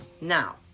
Now